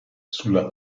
sulla